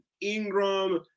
ingram